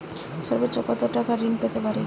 সর্বোচ্চ কত টাকা ঋণ পেতে পারি?